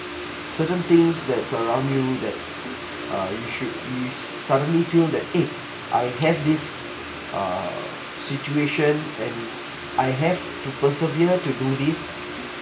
certain things that surround you that uh you should you suddenly feel that eh I have this err situation and I have to persevere to do this